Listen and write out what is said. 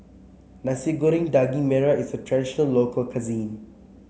Nasi Goreng Daging Merah is a traditional local cuisine